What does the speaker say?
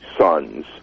sons